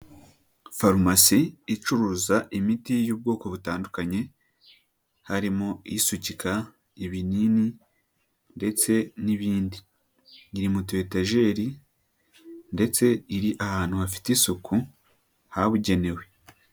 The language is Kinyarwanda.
Farumasi icuruza imiti y'ubwoko butandukanye harimo isukika, ibinini ndetse n'ibindi. Iri mu tu etajeri ndetse iri ahantu hafite isuku habugenewe.